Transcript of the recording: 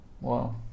Wow